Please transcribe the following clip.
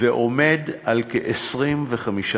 ועומד על כ-25%.